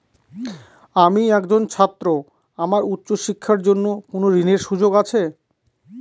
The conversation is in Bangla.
আমি একজন ছাত্র আমার উচ্চ শিক্ষার জন্য কোন ঋণের সুযোগ আছে?